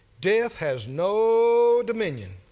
death has no dominion,